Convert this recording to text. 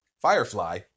Firefly